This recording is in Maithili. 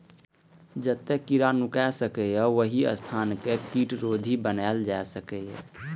जतय कीड़ा नुकाय सकैए, ओहि स्थान कें कीटरोधी बनाएल जा सकैए